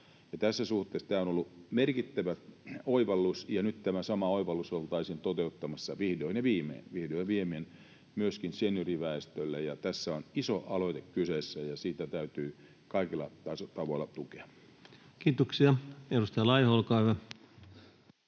Tässä suhteessa tämä on ollut merkittävä oivallus, ja nyt tämä sama oivallus oltaisiin toteuttamassa vihdoin ja viimein — vihdoin ja viimein — myöskin senioriväestölle. Tässä on iso aloite kyseessä, ja sitä täytyy kaikilla tavoilla tukea. [Speech 136] Speaker: